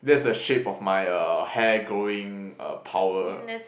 that's the shape of my uh hair growing uh power